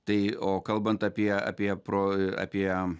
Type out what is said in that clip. tai o kalbant apie apie pro apie